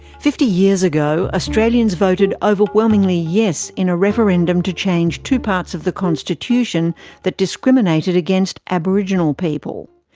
fifty years ago, australians voted overwhelmingly yes in a referendum to change two parts of the constitution that discriminated against aboriginal people.